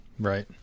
Right